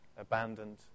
abandoned